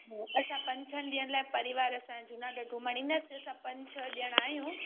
असां पंज छहनि ॾींहंनि लाइ परिवार असां जुनागढ़ घुमण ईंदासीं असां पंज छह ॼणा आहियूं